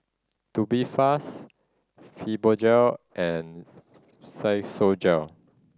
Tubifast Fibogel and Physiogel